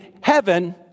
heaven